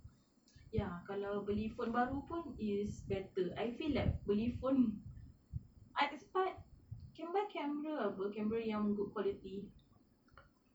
ya kalau beli phone baru pun is better I feel like beli phone can buy camera apa camera yang good quality